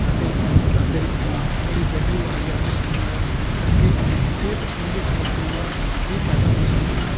ਅਤੇ ਘਰ ਦੇ ਵਿੱਚੋਂ ਬੜੀ ਬਦਬੂ ਆ ਰਹੀ ਹੈ ਜਿਸ ਨਾ ਕਰਕੇ ਸਿਹਤ ਸਬੰਧੀ ਸਮੱਸਿਆਵਾਂ ਵੀ ਪੈਦਾ ਹੋ ਸਕਦੀਆਂ ਹਨ